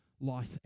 life